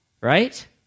right